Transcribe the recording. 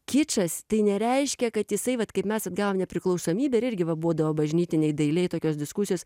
kičas tai nereiškia kad jisai vat kaip mes atgavom nepriklausomybę ir irgi va būdavo bažnytinėj dailėj tokios diskusijos